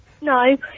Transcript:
No